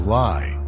lie